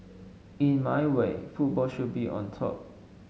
in my way football should be on top